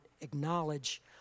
acknowledge